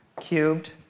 cubed